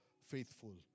faithful